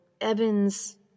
Evans